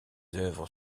œuvres